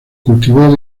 cultivó